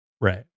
right